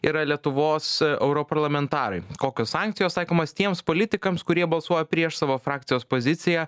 yra lietuvos europarlamentarai kokios sankcijos taikomos tiems politikams kurie balsuoja prieš savo frakcijos poziciją